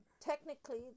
technically